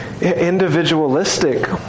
individualistic